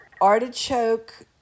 artichoke